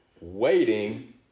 waiting